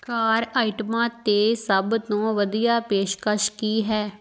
ਕਾਰ ਆਈਟਮਾਂ 'ਤੇ ਸਭ ਤੋਂ ਵਧੀਆ ਪੇਸ਼ਕਸ਼ ਕੀ ਹੈ